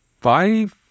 five